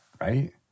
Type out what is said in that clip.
Right